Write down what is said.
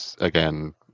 again